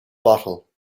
bottle